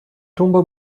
tombent